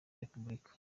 repubulika